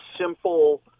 simple